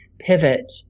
pivot